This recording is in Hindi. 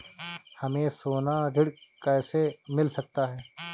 हमें सोना ऋण कैसे मिल सकता है?